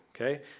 okay